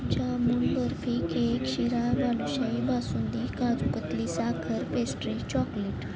jamun barfi cake sheera balushahi basundi kaju katli साखर pastry chocolate